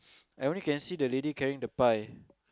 I only can see the lady carrying the pie